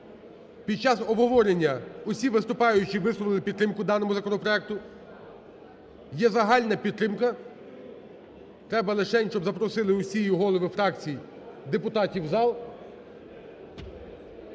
Під час обговорення усі виступаючі висловили підтримку даному законопроекту. Є загальна підтримка, треба лишень, щоб запросили усі голови фракцій депутатів в зал.